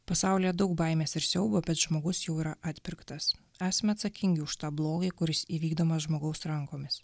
pasaulyje daug baimės ir siaubo bet žmogus jau yra atpirktas esame atsakingi už tą blogį kuris įvykdomas žmogaus rankomis